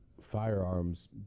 firearms